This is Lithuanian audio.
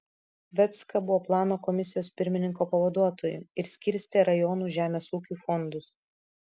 vecka buvo plano komisijos pirmininko pavaduotoju ir skirstė rajonų žemės ūkiui fondus